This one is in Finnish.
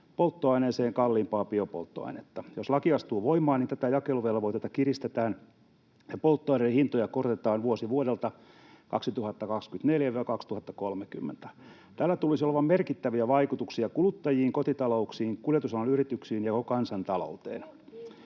polttoaineeseen kalliimpaa biopolttoainetta. Jos laki astuu voimaan, niin tätä jakeluvelvoitetta kiristetään ja polttoaineiden hintoja korotetaan vuosi vuodelta 2024—2030. Tällä tulisi olemaan merkittäviä vaikutuksia kuluttajiin, kotitalouksiin, kuljetusalan yrityksiin ja koko kansantalouteen.